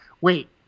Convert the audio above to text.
wait